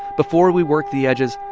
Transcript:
before we worked the edges,